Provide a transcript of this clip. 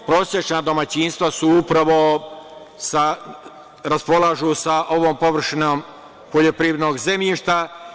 Prosečna domaćinstava su upravo raspolažu sa ovom površinom poljoprivrednog zemljišta.